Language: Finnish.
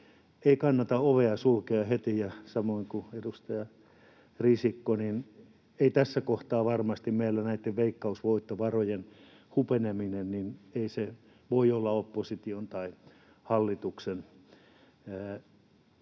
ei kannata ovea sulkea heti, ja samoin kuin edustaja Risikko totesi, ei varmasti tässä kohtaa meillä näitten veikkausvoittovarojen hupeneminen voi olla opposition tai hallituksen,